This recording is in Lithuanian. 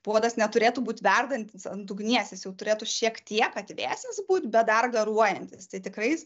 puodas neturėtų būt verdantis ant ugnies jis jau turėtų šiek tiek atvėsęs būt bet dar garuojantis tai tikrai